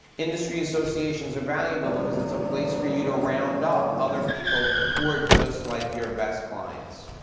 industry associations are valuable because it's a place for you to round up other people who are just like your best clients.